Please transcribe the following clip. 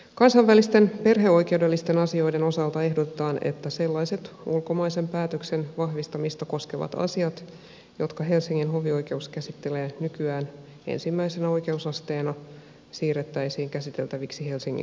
kansainvälisten perheoikeudellisten asioiden osalta ehdotetaan että sellaiset ulkomaisen päätöksen vahvistamista koskevat asiat jotka helsingin hovioikeus käsittelee nykyään ensimmäisenä oikeusasteena siirrettäisiin käsiteltäviksi helsingin käräjäoikeuteen